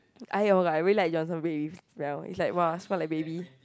!aiyo! like I very like Johnson-Baby smell is like !wow! smell like baby